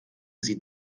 sie